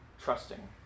trusting